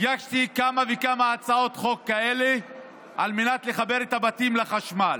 הגשתי כמה וכמה הצעות כאלה על מנת לחבר את הבתים לחשמל,